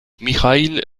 michail